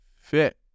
fit